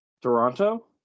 toronto